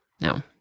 no